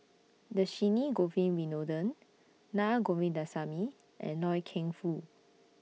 Dhershini Govin Winodan Naa Govindasamy and Loy Keng Foo